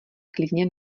klidně